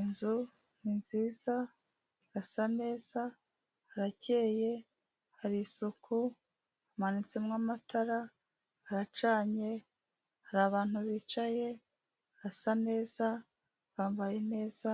Inzu ni nziza, irasa neza, harakeye, hari isuku, hamanitsemo amatara, haracanye, hari abantu bicaye, hasa neza, bambaye neza,